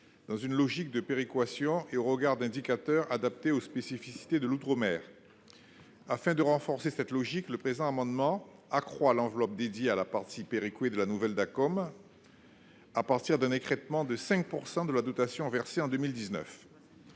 dans une logique de péréquation et au regard d'indicateurs adaptés aux spécificités de l'outre-mer. Afin de renforcer cette logique, le présent amendement tend à accroître l'enveloppe dédiée à la partie péréquée de la nouvelle dotation d'aménagement des communes et